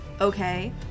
Okay